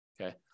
Okay